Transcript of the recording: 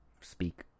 speak